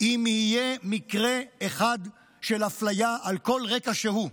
אם יהיה מקרה אחד של אפליה על כל רקע שהוא.